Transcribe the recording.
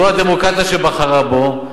זו הדמוקרטיה שבחרה בו,